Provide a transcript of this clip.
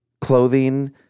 clothing